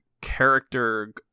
character